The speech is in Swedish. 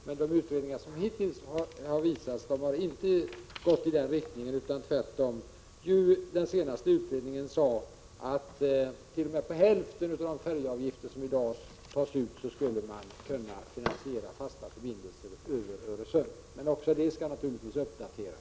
Men de utredningar som hittills gjorts har inte gått i den riktningen, tvärtom. Den senaste utredningen påpekade attt.o.m. hälften av de färjeavgifter som tas ut i dag skulle kunna finansiera fasta förbindelser över Öresund. Men även dessa skall naturligtvis uppdateras.